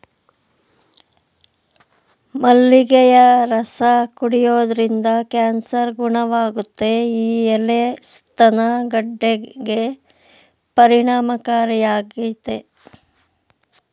ಮಲ್ಲಿಗೆಯ ರಸ ಕುಡಿಯೋದ್ರಿಂದ ಕ್ಯಾನ್ಸರ್ ಗುಣವಾಗುತ್ತೆ ಈ ಎಲೆ ಸ್ತನ ಗೆಡ್ಡೆಗೆ ಪರಿಣಾಮಕಾರಿಯಾಗಯ್ತೆ